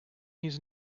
his